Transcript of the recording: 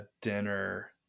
dinner